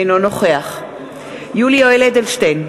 אינו נוכח יולי יואל אדלשטיין,